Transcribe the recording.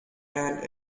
and